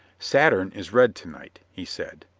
saturn is red to-night, he said.